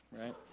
right